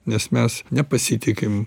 nes mes nepasitikim